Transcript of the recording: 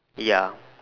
ya